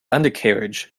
undercarriage